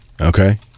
Okay